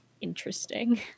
interesting